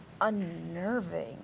unnerving